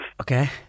okay